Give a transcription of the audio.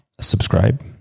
Subscribe